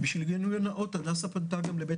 ובשביל הגילוי הנאות הדסה פנתה גם לבית